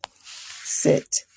sit